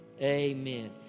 amen